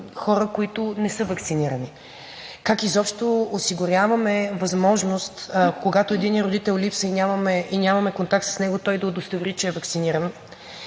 хора, които не са ваксинирани, как изобщо осигуряваме възможност, когато единият родител липсва и нямаме контакт с него, той да удостовери, че е ваксиниран?